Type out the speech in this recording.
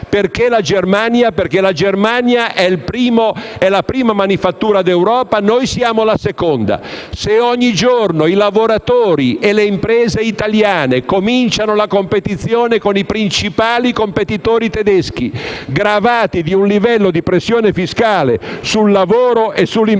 Perché parlo di Germania? La cito perché è la prima manifattura d'Europa e noi siamo la seconda. Se ogni giorno i lavoratori e le imprese italiane cominciano la competizione con i principali competitori tedeschi gravati da un livello di pressione fiscale sul lavoro e sull'impresa